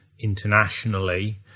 internationally